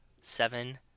seven